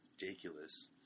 ridiculous